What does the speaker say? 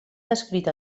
descrit